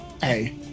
Hey